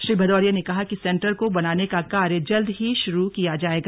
श्री भदौरिया ने कहा कि सेंटर को बनाने का कार्य जल्द ही शुरू किया जायेगा